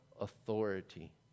authority